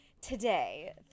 Today